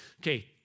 Okay